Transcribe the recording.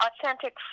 authentic